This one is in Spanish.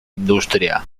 industria